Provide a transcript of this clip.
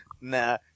Nah